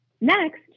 Next